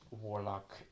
warlock